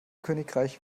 königreich